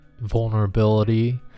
vulnerability